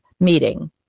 Meeting